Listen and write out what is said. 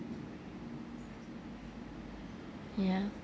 ya